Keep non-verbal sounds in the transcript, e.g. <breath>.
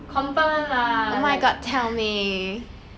confirm [one] lah <breath>